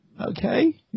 Okay